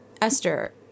Esther